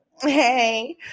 hey